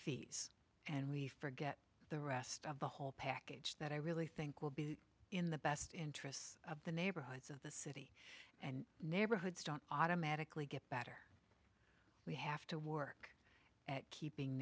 fees and we forget the rest of the whole package that i really think will be in the best interests of the neighborhoods and neighborhoods don't automatically get better we have to work at keeping